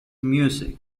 music